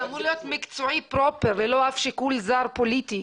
זה אמור להיות מקצועי פרופר ולא רק שיקול זר פוליטי.